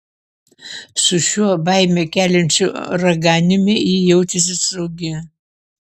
su šiuo baimę keliančiu raganiumi ji jautėsi saugi